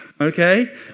okay